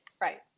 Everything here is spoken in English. Right